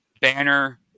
Banner